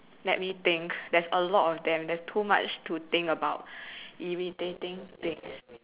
let me think there's a lot of them there's too much to think about irritating things